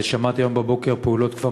שמעתי היום בבוקר על פעולות שכבר